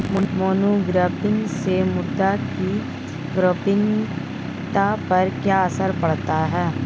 Monocropping से मृदा की गुणवत्ता पर क्या असर पड़ता है?